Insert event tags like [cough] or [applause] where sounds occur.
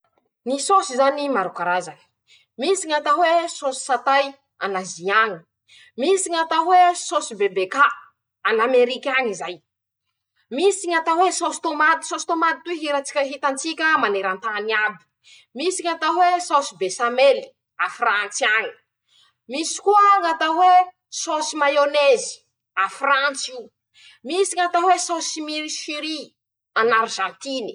Ñy sôsy zany maro karazany: misy ñ'atao hoe sôsy satay an'Azy añy, misy ñ'atao hoe sôsy bebeka an'Amerika añy zay, [shushes] misy ñ'atao hoe sôsy tômaty sôsy tômaty toy hirantsik hitatsika maneran-tany iaby, misy ñ'atao hoe sôsy besamely Afrantsy añy, misy koa ñ'atao hoe sôsy maiônezy Afrants'io, misy ñ'atao hoe sôsy milisery an'Arizantiny.